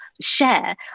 share